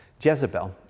Jezebel